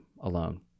alone